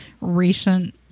recent